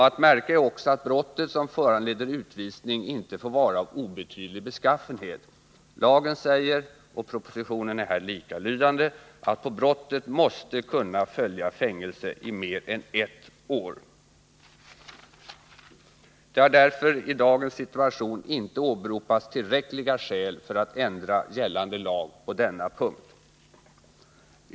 Att märka är också att brott som föranleder utvisning inte får vara av obetydlig beskaffenhet. Lagen säger — och propositionen är här likalydande — att på brottet måste kunna följa fängelse i mer än ett år. Det har därför i dagens situation inte åberopats tillräckliga skäl för att ändra gällande lag på denna punkt.